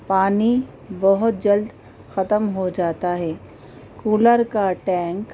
پانی بہت جلد ختم ہو جاتا ہے کولر کا ٹینک